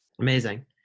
Amazing